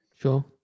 sure